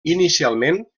inicialment